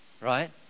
Right